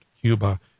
Cuba